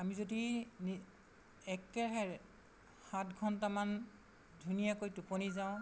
আমি যদি নি একেৰাহে সাত ঘণ্টামান ধুনীয়াকৈ টোপনি যাওঁ